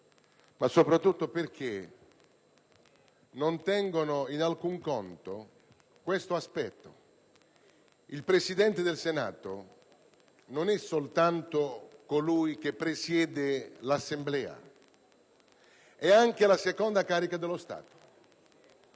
ma soprattutto perché non tengono in alcun conto un aspetto: il Presidente del Senato non è soltanto colui che presiede l'Assemblea, è anche la seconda carica dello Stato.